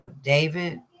David